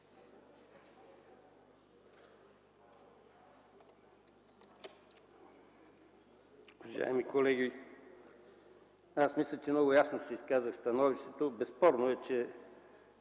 Уважаеми колеги, мисля, че много ясно си изказах становището. Безспорно е, че